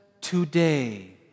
Today